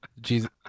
Jesus